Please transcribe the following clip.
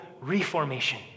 reformation